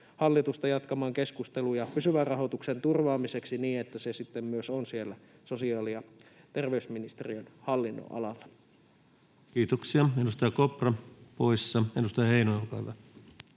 hallitusta jatkamaan keskusteluja pysyvän rahoituksen turvaamiseksi niin, että se sitten myös on siellä sosiaali‑ ja terveysministeriön hallinnonalalla. [Speech 215] Speaker: Ensimmäinen varapuhemies